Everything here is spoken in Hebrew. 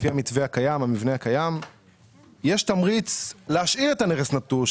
לפי המתווה הקיים יש תמריץ להשאיר את הנכס נטוש,